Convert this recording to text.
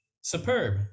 Superb